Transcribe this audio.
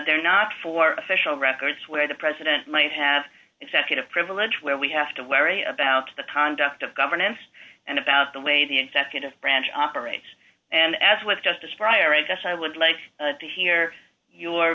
they're not for official records where the president might have executive privilege where we have to worry about the conduct of governance and about the way the executive branch operates and as with us i would like to hear your